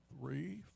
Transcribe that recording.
Three